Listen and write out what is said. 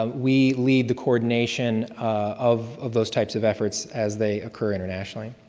we lead the coordination of of those types of efforts as they occur internationally.